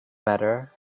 better